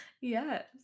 Yes